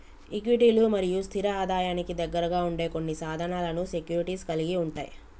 ఈక్విటీలు మరియు స్థిర ఆదాయానికి దగ్గరగా ఉండే కొన్ని సాధనాలను సెక్యూరిటీస్ కలిగి ఉంటయ్